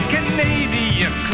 Canadian